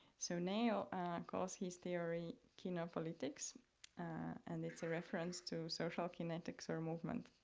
so nail calls his theory kinopolitics and it's a reference to social kinetics or movement.